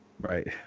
Right